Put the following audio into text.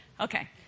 Okay